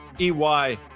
EY